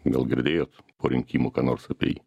gal girdėjot po rinkimų ką nors apie jį